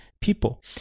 people